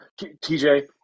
TJ –